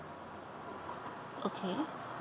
okay